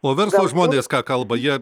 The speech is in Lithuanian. o verslo žmonės ką kalba jie